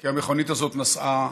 כי המכונית הזאת נסעה